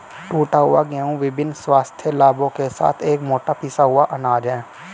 टूटा हुआ गेहूं विभिन्न स्वास्थ्य लाभों के साथ एक मोटा पिसा हुआ अनाज है